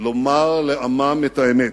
לומר לעמם את האמת,